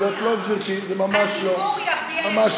זו דמוקרטיה.